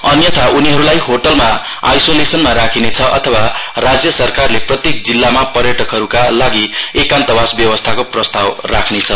अन्यथा उनीहरूलाई होटलमा आइसोलेसनमा राखिनेछ अथवा राज्य सरकारले प्रत्येक जिल्लामा पर्यटकहरूका लागि एकान्तवास व्यवस्थाको प्रस्ताव राख्नेछ